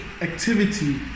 activity